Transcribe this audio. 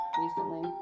recently